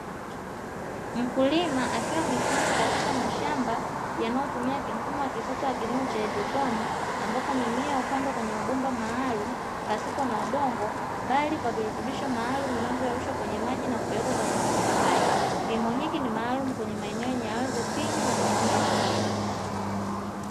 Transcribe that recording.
Mkulima akiwa amesimama katika mashamba yanayotumia mfumo wa kisasa wa kilimo cha haidroponi, ambapo mimea hupandwa kwenye mabomba maalumu pasipo na udongo bali kwa virutubisho maalumu vinavyoisha kwenye maji na kupelekwa kwenye mabomba hayo, kilimo hiki ni maalumu kwenye maeneo ya ardhi finyu na maeneo ya mjini.